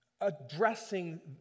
addressing